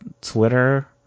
Twitter